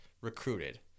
recruited